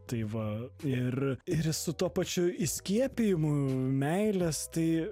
tai va ir ir su tuo pačiu įskiepijimu meilės tai